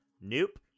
Nope